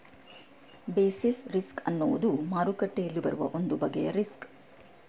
basis risk ಅನ್ನುವುದು ಮಾರುಕಟ್ಟೆಯಲ್ಲಿ ಬರುವ ಒಂದು ಬಗೆಯ ರಿಸ್ಕ್